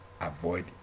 avoid